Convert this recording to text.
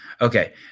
Okay